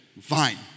fine